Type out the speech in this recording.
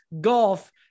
golf